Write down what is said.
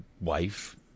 wife